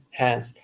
hands